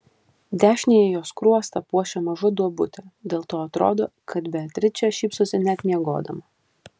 dešinįjį jos skruostą puošia maža duobutė dėl to atrodo kad beatričė šypsosi net miegodama